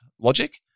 logic